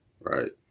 Right